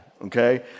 Okay